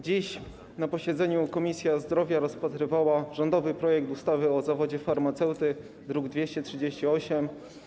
Dziś na posiedzeniu Komisja Zdrowia rozpatrywała rządowy projekt ustawy o zawodzie farmaceuty, druk nr 238.